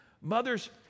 Mothers